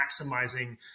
maximizing